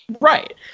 Right